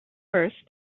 first